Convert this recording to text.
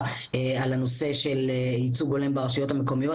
על הנושא של ייצוג הולם ברשויות המקומיות,